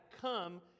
come